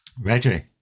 Reggie